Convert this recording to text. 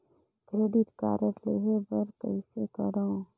Credit card लेहे बर कइसे करव?